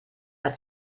hat